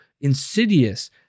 insidious